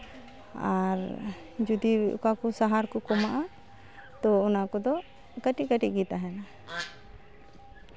ᱟᱨ ᱡᱩᱫᱤ ᱚᱠᱟ ᱠᱚ ᱥᱟᱦᱟᱨ ᱠᱚ ᱠᱚ ᱮᱢᱟᱜᱼᱟ ᱛᱚ ᱚᱱᱟ ᱠᱚᱫᱚ ᱠᱟᱹᱴᱤᱡ ᱠᱟᱹᱴᱤᱡ ᱜᱮ ᱛᱟᱦᱮᱱᱟ